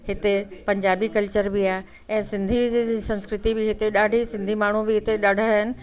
हिते पंजाबी कल्चर बि आहे ऐं सिंधी जी बि संस्कृति बि हिते ॾाढी सिंधी माण्हू बि हिते ॾाढा आहिनि